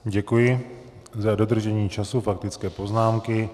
Děkuji za dodržení času faktické poznámky.